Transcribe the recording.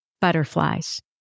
butterflies